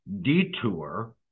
detour